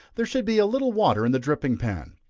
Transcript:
there should be a little water in the dripping pan.